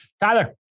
Tyler